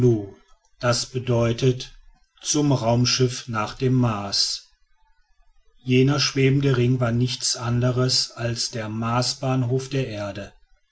das bedeutet zum raumschiff nach dem mars jener schwebende ring war nichts anderes als der marsbahnhof der erde